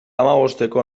hamabosteko